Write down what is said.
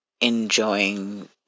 enjoying